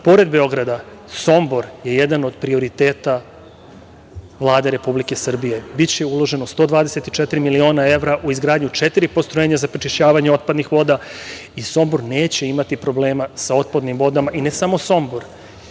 pored Beograda, Sombor je jedan od prioriteta Vlade Republike Srbije, biće uloženo 124 miliona evra u izgradnju četiri postrojenja za prečišćavanje otpadnih voda i Sombor neće imati problema sa otpadnim vodama, i ne samo Sombor,